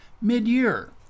mid-year